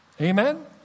Amen